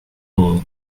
all